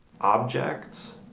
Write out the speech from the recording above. objects